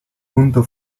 punto